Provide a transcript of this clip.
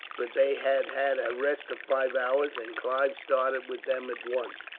but they had had a rest of five hours, and clive started with them at once,